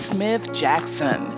Smith-Jackson